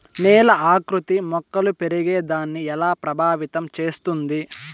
నేల ఆకృతి మొక్కలు పెరిగేదాన్ని ఎలా ప్రభావితం చేస్తుంది?